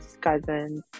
cousins